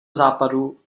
západu